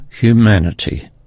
humanity